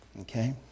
Okay